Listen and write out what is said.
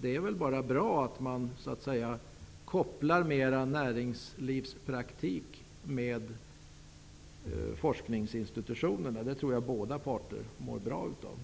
Det är väl bara bra att koppla mer näringslivspraktik till forskningsinstitutionerna. Det tror jag att båda parter mår bra av.